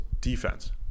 defense